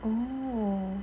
oh